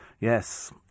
Yes